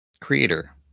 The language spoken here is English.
creator